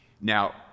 Now